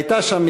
הייתה שם,